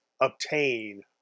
obtain